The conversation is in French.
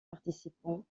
participant